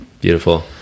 Beautiful